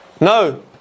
No